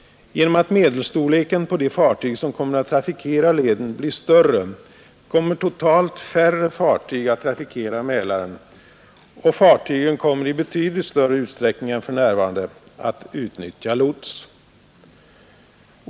Genom att medelstorleken på de fartyg, som kommer att trafikera leden, blir större kommer totalt färre fartyg att trafikera Mälaren, och dessa kommer i betydligt större utsträckning än för närvarande att utnyttja lots.